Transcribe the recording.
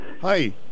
Hi